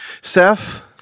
Seth